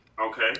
Okay